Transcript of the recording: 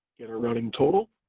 get a running total,